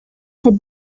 had